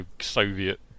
Soviet